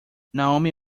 naomi